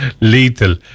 lethal